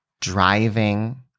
driving